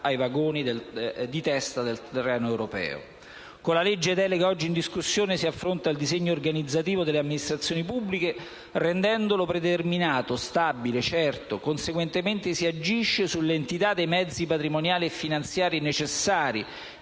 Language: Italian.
Con la legge delega oggi in discussione si affronta il disegno organizzativo delle amministrazioni pubbliche, rendendolo predeterminato, stabile e certo. Conseguentemente, si agisce sull'entità dei mezzi patrimoniali e finanziari necessaria